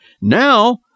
Now